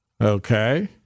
Okay